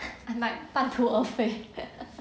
like 半途而废